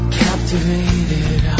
captivated